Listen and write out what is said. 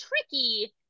tricky